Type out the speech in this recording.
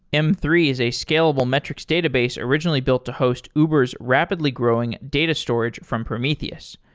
m three is a scalable metrics database originally built to host uber s rapidly-growing data storage from prometheus.